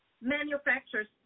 manufacturers